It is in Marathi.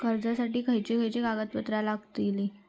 कर्जासाठी खयचे खयचे कागदपत्रा लागतली?